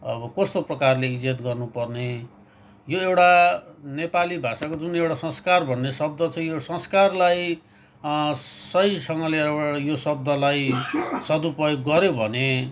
अब कस्तो प्रकारले इज्जत गर्नुपर्ने यो एउटा नेपाली भाषाको जुन एउटा संस्कार भन्ने शब्द चाहिँ यो संस्कारलाई सहीसँगले यो शब्दलाई सदुपयोग गर्यो भने